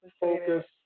focus